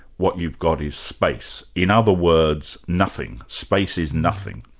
what you've got is space. in other words, nothing. space is nothing.